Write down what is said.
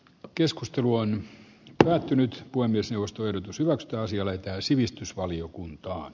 keskustelu on päättynyt kuin myös nostoyritys laktaasiolle sivistysvaliokunta